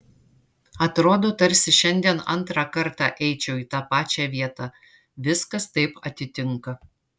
atrodo tarsi šiandien antrą kartą eičiau į tą pačią vietą viskas taip atitinka